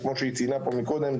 שכמו שהיא ציינה פה מקודם,